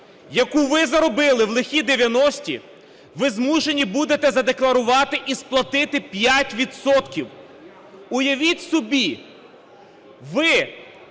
яку ви заробили в лихі 90-і, ви змушені будете задекларувати і сплатити 5 відсотків. Уявіть собі, ви,